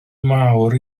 mawr